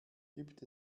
gibt